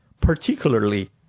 particularly